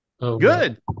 Good